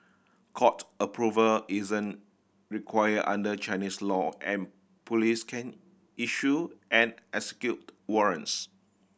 court approval isn't required under Chinese law and police can issue and execute warrants